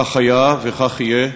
ככה היה וכך יהיה.